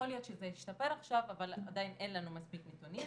יכול להיות שזה השתפר עכשיו אבל עדיין אין לנו מספיק נתונים.